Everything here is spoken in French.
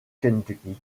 kentucky